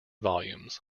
volumes